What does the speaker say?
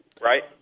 Right